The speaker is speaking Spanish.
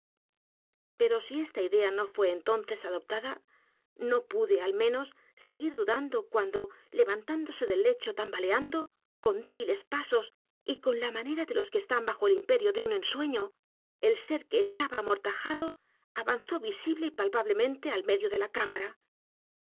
s t a idea no fué entonces adoptada no pude al menos seguir dudando cuando levantándose del lecho tambaleando con débiles pasos y con la manera de los que están bajo el imperio de uu ensueño el ser que estaba amortajado avanzó visible y palpablemente al medio de la cámara